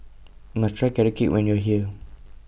must Try Carrot Cake when YOU Are here